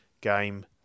game